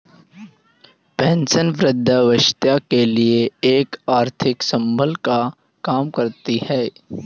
pension वृद्धावस्था के लिए एक आर्थिक संबल का काम करती है